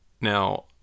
Now